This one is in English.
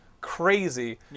crazy